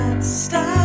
Stop